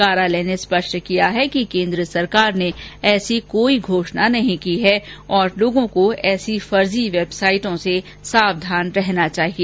कार्यालय ने स्पष्ट किया है कि केन्द्र सरकार ने ऐसी कोई घोषणा नहीं की है और लोगों को ऐसी फर्जी वेबसाइटों से सावधान रहना चाहिए